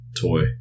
Toy